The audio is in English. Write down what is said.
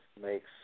makes